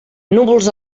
núvols